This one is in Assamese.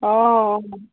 অঁ অঁ